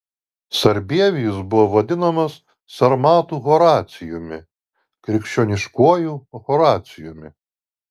sarbievijus buvo vadinamas sarmatų horacijumi krikščioniškuoju horacijumi